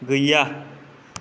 गैया